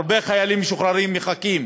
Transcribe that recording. הרבה חיילים משוחררים מחכים,